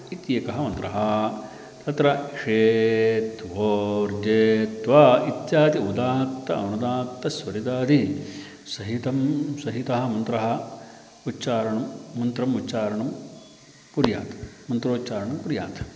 इत्येकः मन्त्रः तत्र षेत्वोर्जेत्वा इत्यादि उदात्त अनुदात्त स्वरितादि सहितं सहितः मन्त्रः उच्चारणं मन्त्रम् उच्चारणं कुर्यात् मन्त्रोच्चारणं कुर्यात्